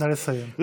נא לסיים.